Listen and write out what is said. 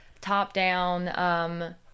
top-down